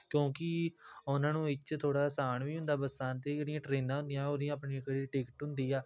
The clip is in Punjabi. ਕਿਉਂਕਿ ਉਹਨਾਂ ਨੂੰ ਇਹ 'ਚ ਥੋੜ੍ਹਾ ਅਸਾਨ ਵੀ ਹੁੰਦਾ ਬੱਸਾਂ 'ਤੇ ਜਿਹੜੀਆਂ ਟ੍ਰੇਨਾਂ ਹੁੰਦੀਆਂ ਉਹਦੀਆਂ ਆਪਣੀ ਫਿਰ ਟਿਕਟ ਹੁੰਦੀ ਆ